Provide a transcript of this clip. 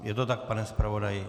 Je to tak, pane zpravodaji?